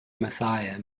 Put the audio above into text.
messiah